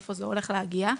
לאיפה זה הולך להגיע.